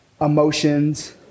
emotions